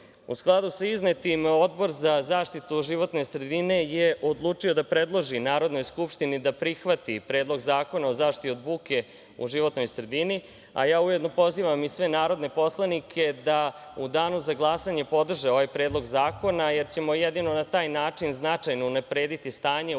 skladu sa iznetim, Odbor za zaštitu životne sredine je odlučio da predloži Narodnoj skupštini da prihvati Predlog zakona o zaštiti od buke u životnoj sredini, a ja ujedno pozivam i sve narodne poslanike da u danu za glasanje podrže ovaj predlog zakona, jer ćemo jedino na taj način značajno unaprediti stanje u oblasti